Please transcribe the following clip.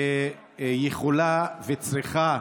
שיכולה וצריכה